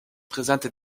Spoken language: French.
présente